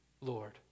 Lord